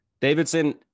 Davidson